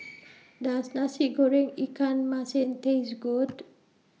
Does Nasi Goreng Ikan Masin Taste Good